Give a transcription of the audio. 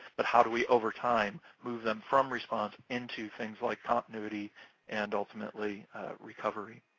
but how do we over time move them from response into things like continuity and ultimately recovery?